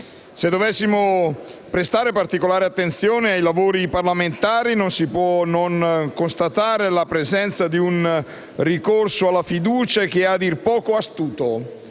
Se dovessimo prestare attenzione ai lavori parlamentari, non si può non costatare la presenza di un ricorso alla questione di fiducia, che è a dir poco astuto.